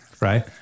right